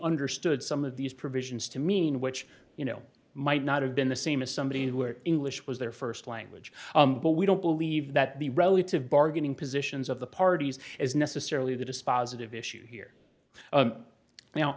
understood some of these provisions to mean which you know might not have been the same as somebody who are english was their first language but we don't believe that the relative bargaining positions of the parties is necessarily the dispositive issue here